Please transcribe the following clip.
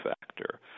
factor